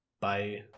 Bye